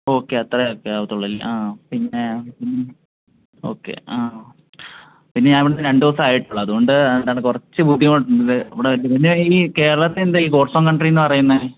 okay അത്രയേ ഒക്കെ അവത്തുള്ളൂ അല്ലേ ആ പിന്നെ ഉം ഓക്കെ ആ പിന്നെ ഞാൻ വന്നിട്ട് രണ്ടു ദിവസമേ ആയിട്ടുള്ളു അതുകൊണ്ട് അത് കുറച്ച് ബുദ്ധിമുട്ടുണ്ട് ഇവിടെ പിന്നെ ഈ കേരളത്തിൻ്റെ ഈ ഗോഡ്സ് ഓൺ കൺട്രീ എന്ന് പറയുന്നത്